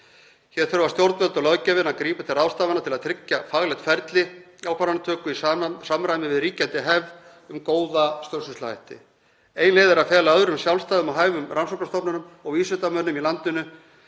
Hér þurfa stjórnvöld og löggjafinn að grípa til ráðstafana til að tryggja faglegt ferli ákvarðanatöku í samræmi við ríkjandi hefð um góða stjórnsýsluhætti. Ein leið er að fela öðrum sjálfstæðum og hæfum rannsóknastofnunum og vísindamönnum í landinu,